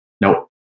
Nope